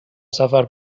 سفر